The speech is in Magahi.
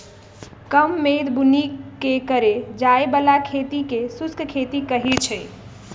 कम मेघ बुन्नी के करे जाय बला खेती के शुष्क खेती कहइ छइ